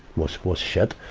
was, was shit.